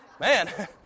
man